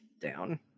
down